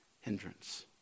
hindrance